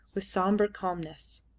with sombre calmness.